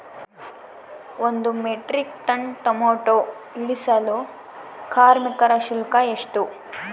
ಒಂದು metric ton tomato ಇಳಿಸಲು ಕಾರ್ಮಿಕರ ಶುಲ್ಕ ಎಷ್ಟು?